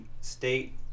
state